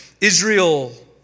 Israel